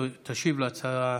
תשיב על ההצעה